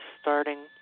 starting